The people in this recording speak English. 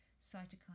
cytokine